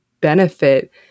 benefit